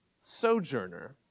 sojourner